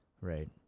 Right